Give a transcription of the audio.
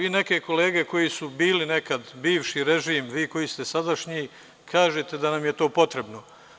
Neke kolege koji su bili nekad bivši režim, vi koji ste sadašnji kažete da nam je to potrebno.